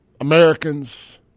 Americans